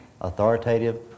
authoritative